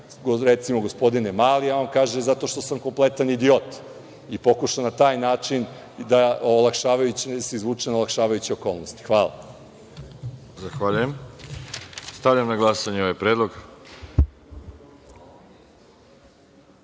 recimo gospodine Mali, a on kaže zato što sam kompletan idiot, i pokuša na taj način da se izvuče na olakšavajuće okolnosti. Hvala. **Veroljub Arsić** Stavljam na glasanje ovaj